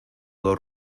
dos